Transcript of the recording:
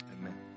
Amen